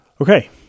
Okay